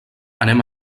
anem